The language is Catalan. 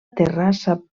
terrassa